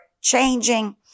changing